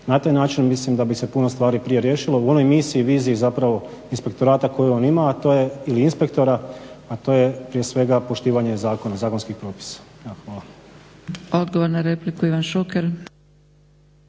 Na taj način mislim da bi se puno stvari puno riješilo u onoj misiji, viziji zapravo inspektorata koji on ima a to je ili inspektora a to je prije svega poštivanje zakona, zakonskih propisa, evo hvala.